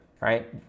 right